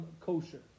kosher